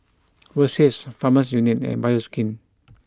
Versace Farmers Union and Bioskin